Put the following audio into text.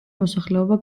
მოსახლეობა